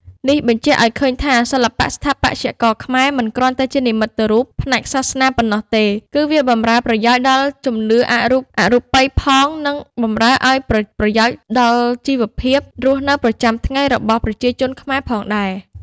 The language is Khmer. នេះបញ្ជាក់អោយឃើញថាសិល្បៈស្ថាបត្យករខ្មែរ មិនគ្រាន់តែជានិមិត្តរូបផ្នែកសាសនាប៉ុណ្ណោះទេ គឺវាបំរើ ប្រយោជន៏ដល់ជំនឿអរូបយផង និង បំរើអោយប្រយោជន៏ដល់ជីវភាព រស់នៅប្រចាំថ្ងៃរបស់ប្រជាជនខ្លួនផងដែរ ។